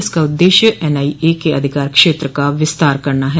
इसका उद्देश्य N I A के अधिकार क्षेत्र का विस्तार करना है